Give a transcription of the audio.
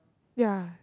ya